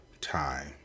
time